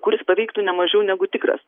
kuris paveiktų ne mažiau negu tikras